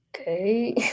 Okay